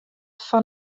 fan